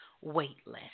weightless